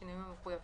בשינויים המחויבים.